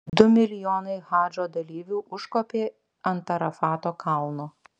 du milijonai hadžo dalyvių užkopė ant arafato kalno